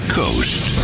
coast